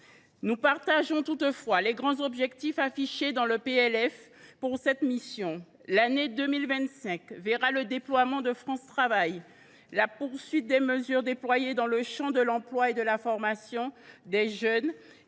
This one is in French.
Nous partageons toutefois les grands objectifs affichés dans le PLF pour cette mission. L’année 2025 verra se poursuivre le déploiement de France Travail, la mise en œuvre de mesures dans les champs de l’emploi et de la formation des jeunes,